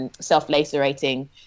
self-lacerating